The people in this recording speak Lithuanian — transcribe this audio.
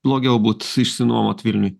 blogiau būt išsinuomot vilniuj